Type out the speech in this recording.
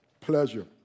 pleasure